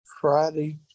Friday